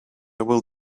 will